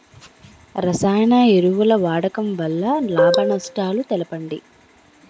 రసాయన ఎరువుల వాడకం వల్ల లాభ నష్టాలను తెలపండి?